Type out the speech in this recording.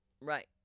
Right